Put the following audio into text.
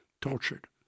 tortured